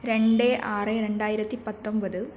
രണ്ട് ആറ് രണ്ടായിരത്തിപ്പത്തൊമ്പത്